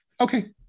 Okay